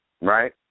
Right